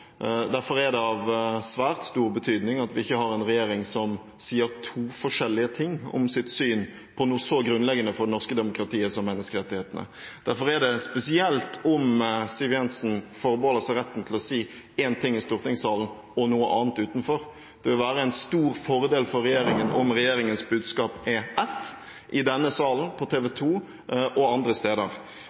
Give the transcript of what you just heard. Derfor er det av svært stor betydning at vi ikke har en regjering som sier to forskjellige ting om sitt syn på noe så grunnleggende for det norske demokratiet som menneskerettighetene. Derfor er det spesielt om Siv Jensen forbeholder seg retten til å si én ting i stortingssalen og noe annet utenfor. Det vil være en stor fordel for regjeringen om regjeringens budskap er ett – i denne salen, på TV 2 og andre steder.